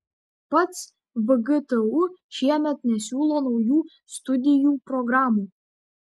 pats vgtu šiemet nesiūlo naujų studijų programų